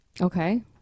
Okay